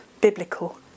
biblical